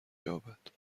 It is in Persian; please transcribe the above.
یابد